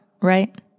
right